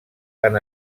han